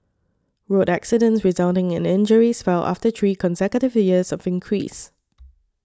road accidents resulting in injuries fell after three consecutive years of increase